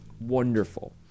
wonderful